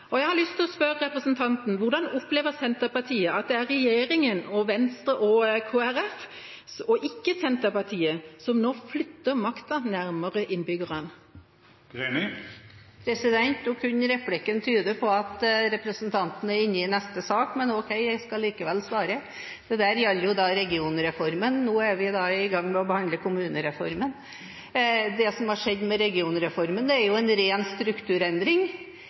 kommune. Jeg har lyst til å spørre representanten: Hvordan opplever Senterpartiet at det er regjeringa og Venstre og Kristelig Folkeparti – og ikke Senterpartiet – som nå flytter makta nærmere innbyggerne? Nå kunne replikken tyde på at representanten er inne i neste sak, men ok, jeg skal likevel svare. Dette gjaldt jo regionreformen, og nå er vi i gang med å behandle kommunereformen. Det som har skjedd med regionreformen, er en ren strukturendring